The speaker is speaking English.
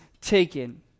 taken